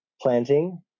planting